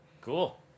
Cool